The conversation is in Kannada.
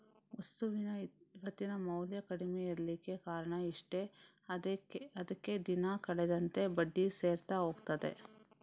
ವಸ್ತುವಿನ ಇವತ್ತಿನ ಮೌಲ್ಯ ಕಡಿಮೆ ಇರ್ಲಿಕ್ಕೆ ಕಾರಣ ಇಷ್ಟೇ ಅದ್ಕೆ ದಿನ ಕಳೆದಂತೆ ಬಡ್ಡಿ ಸೇರ್ತಾ ಹೋಗ್ತದೆ